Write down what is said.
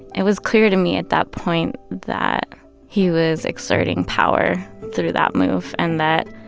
it was clear to me at that point that he was exerting power through that move and that